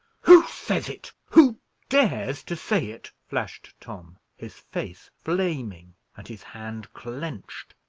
who says it? who dares to say it? flashed tom, his face flaming, and his hand clenched.